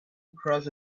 across